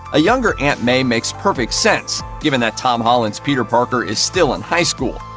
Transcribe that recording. a younger aunt may makes perfect sense, given that tom holland's peter parker is still in high school.